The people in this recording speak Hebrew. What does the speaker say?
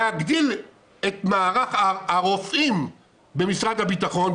להגדיל את מערך הרופאים במשרד הביטחון,